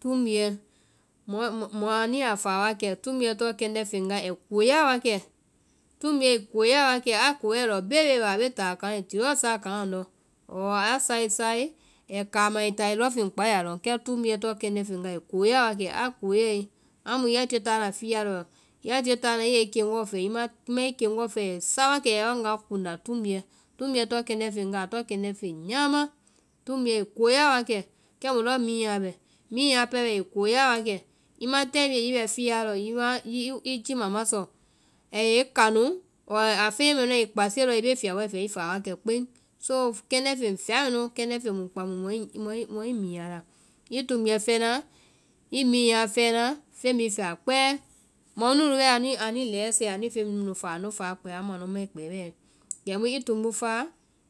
Tumbuɛ, anu ya fáa wakɛ, tumbuɛ tɔŋ kɛndɛ́ feŋ wa ai koyaa wakɛ, tumbuɛ ai koyaa wakɛ, a koyae lɔ bee bee ba a be táa kaŋ, ai ti lɔɔ sáa kaŋ. lɔndɔ́, ɔɔ a sae sae ai kaama ai táa ai lɔnfeŋ kpao a yaa lɔŋ. kɛ tumbuɛ tɔŋ kɛndɛ́ feŋ wa ai koyaa wakɛ, a koyae, amu ya tie táana fiya lɔ. ya tie táana i yɛ i keŋgɔɔ fɛɛ, i ma i keŋgɔɔ fɛe ai sá wa kɛ a ya wanga kunda, tumbuɛ, tumbuɛ tɔŋ kɛndɛ́ feŋ nyama wa, a tɔŋ kɛndɛ́ feŋ nyamaa. Tumbuɛ ai kooyaa wa kɛ, kɛ mu lɔɔ minyaã bɛ, minyaã pɛɛ bɛɛ ai koyaa wakɛ, i ma taai bie hiŋi i bɛ fiyaa lɔ, hiŋi i jiima ma sɔ, a yɛ i kanu ɔɔ a fɛnyɛ mɛnu ai kpasie lɔɔ i bee fiyabɔ fɛɛ i fáa wakɛ kpeŋ. So kɛndɛ́ feŋ fɛa mɛ mu kɛndɛ́ feŋ mu kpã mu mɔi minyaã a la, i tumbuɛ fɛɛ na, i minyaã fɛɛ na, feŋ bhii fɛa kpɛɛ, mɔ mu nu bɛɛ anuĩ lɛɛ sɛɛ anu feŋ bhii nu nu fáa anu fáa kpɛɛ, amu anu mai kpɛɛ bɛɛ, kɛmu i tumbu fáa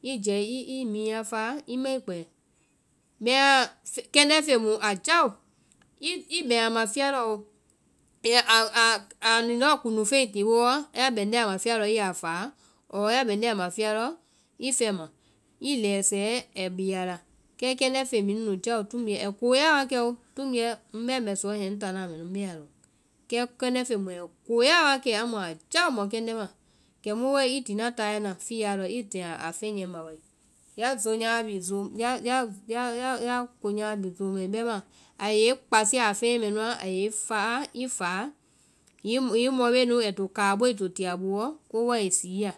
i jɛɛ i minyaã fáa, i mai kpɛɛ. Bɛma kɛndɛ́ feŋ mu a jáo, i bɛŋ a ma fiya lɔ oo, a nyi lɔɔ kundu feŋɛ i ti i boo ya bɛŋnde a ma fiya lɔ i yaa fáa ɔɔ ya bɛŋnde a ma fiya lɔ i fɛma, i lɛɛ sɛɛ ai bii a la, kɛ kɛndɛ́ feŋ bhii nu nu jáo, tumbuɛ ai koo ya wa kɛo, tumbuɛ ŋbɛɛ mbɛ suɔ niɛ ŋtana mu ŋbee a lɔŋ. Kɛ kɛndɛ́ feŋ mu a jáo, amu a jáo mɔkɛndɛ ma. Kɛmu wae i ti na táyɛ na fiya lɔ i tɛŋ a fɛnyɛɛ ma wae, ya ya ko nyama bi zoo mai, bɛma ai yɛ i kpásia a fɛnyɛ mɛnuã, a yɛ i fáa i fáa, hiŋi mɔ bee nu, ai to, káa boei ito ti a booɔ. ko bɔɔ ai sii i ya.